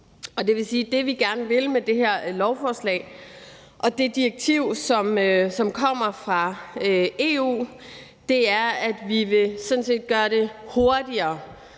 set også sige, at det, vi gerne vil med det her lovforslag og det direktiv, som kommer fra EU, er, at vi vil gøre det hurtigere